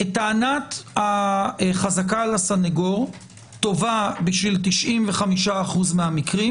טענת החזקה על הסנגור טובה בשביל 95% מהמקרים